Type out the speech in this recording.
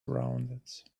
rounded